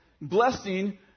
blessing